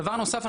דבר נוסף.